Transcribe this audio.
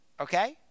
Okay